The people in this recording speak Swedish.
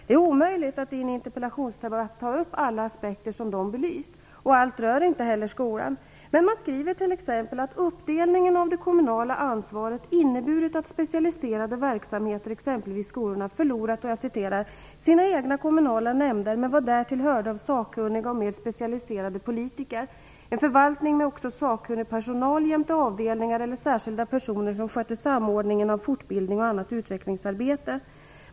Det är omöjligt att i en interpellationsdebatt ta upp alla aspekter som de belyst, och allt rör inte heller skolan. Men man skriver t.ex. att uppdelningen av det kommunala ansvaret inneburit att specialiserade verksamheter i exempelvis skolorna förlorat "sina egna kommunala nämnder med vad därtill hörde av sakkunniga och mer specialiserade politiker, en förvaltning med också sakkunnig personal jämte avdelningar eller särskilda personer som skötte samordningen av fortbildning och annat utvecklingsarbete.